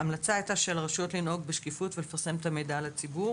ההמלצה הייתה שעל הרשויות לנהוג בשקיפות ולפרסם את המידע לציבור